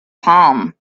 palm